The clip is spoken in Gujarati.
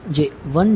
જે 1 ડી કેસ છે